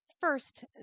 First